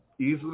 easily